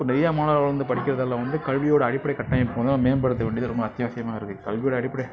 இப்போ நிறையா மாணவர்கள் வந்து படிக்கிறதால் வந்து கல்வியோட அடிப்படை கட்டாயம் மேம்படுத்த வேண்டிய அத்தியாவசியமாக இருக்குது கல்வியோட அடிப்படை